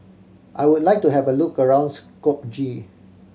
I would like to have a look around Skopje